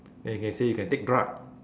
then you can say you can take drug